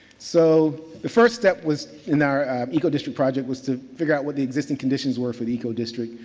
so, the first step was in our eco district project was to figure out what the existing conditions were for the eco district.